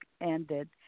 ended